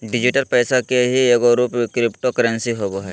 digital पैसा के ही एगो रूप क्रिप्टो करेंसी होवो हइ